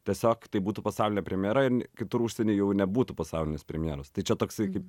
tiesiog tai būtų pasaulinė premjera ir ne kitur užsienyje jau nebūtų pasaulinės premjeros tai čia toksai kaip